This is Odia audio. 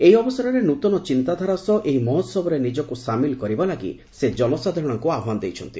ଏହି ଅବସରରେ ନୃତନ ଚିନ୍ତାଧାରା ସହ ଏହି ମହୋତ୍ସବରେ ନିଜକୁ ସାମିଲ କରିବା ଲାଗି ସେ ଜନସାଧାରଣଙ୍କୁ ଆହ୍ଚାନ ଦେଇଛନ୍ତି